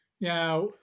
Now